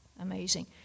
amazing